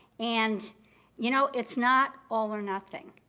and you know, it's not all or nothing.